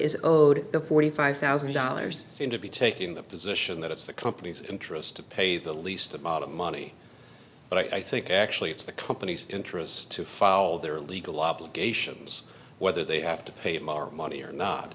is owed the forty five thousand dollars seem to be taking the position that it's the company's interest to pay the least amount of money but i think actually it's the company's interest to follow their legal obligations whether they have to pay more money or not